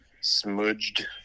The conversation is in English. smudged